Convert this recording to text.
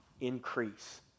increase